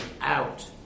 out